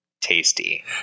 Tasty